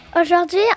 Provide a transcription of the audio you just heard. Aujourd'hui